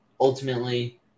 ultimately